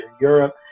Europe